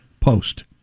Post